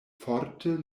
forte